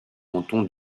canton